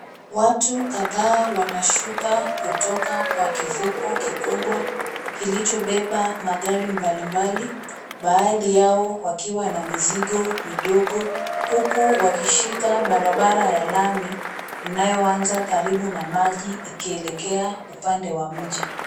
Watu kadhaa wanashuka kutoka kwa kivuko kikubwa kilichobeba magari mbali mbali. Baadhi yao wakiwa na mizigo midogo huku wakishika barabara ya lami inayoanza karibu na maji ikielekea upande wa mji.